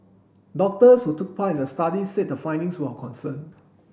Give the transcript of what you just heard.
doctors who took part in the study said the findings were of concern